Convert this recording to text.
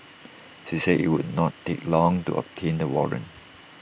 she said IT would not take long to obtain the warrant